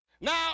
Now